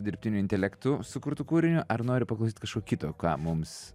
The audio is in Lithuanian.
dirbtiniu intelektu sukurtu kūriniu ar nori paklausyt kažko kito ką mums